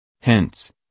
Hence